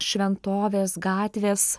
šventovės gatvės